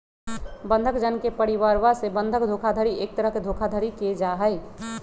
बंधक जन के परिवरवा से बंधक धोखाधडी एक तरह के धोखाधडी के जाहई